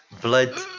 blood